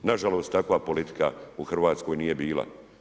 Nažalost takva politika u Hrvatskoj nije bila.